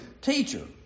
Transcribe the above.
teacher